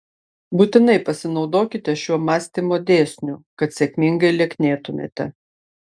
būtinai pasinaudokite šiuo mąstymo dėsniu kad sėkmingai lieknėtumėte